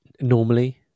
normally